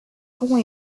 ponts